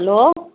hello